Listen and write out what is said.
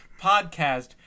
podcast